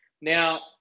Now